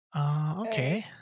Okay